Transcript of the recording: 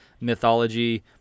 mythology